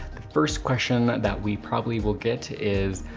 the first question that that we probably will get is,